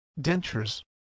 Dentures